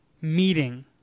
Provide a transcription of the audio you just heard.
meeting